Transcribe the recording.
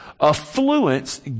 affluence